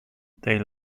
they